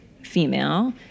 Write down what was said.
female